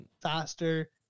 faster